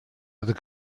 other